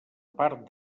part